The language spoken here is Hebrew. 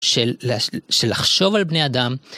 של לחשוב על בני אדם.